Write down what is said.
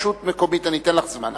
אני אתן לך זמן,